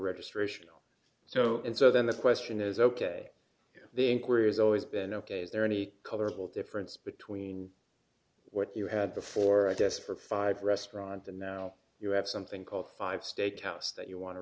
registration or so and so then the question is ok if the inquiry has always been ok is there any colorable difference between what you had before i guess for five restaurant and now you have something called five steak house that you wan